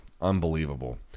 Unbelievable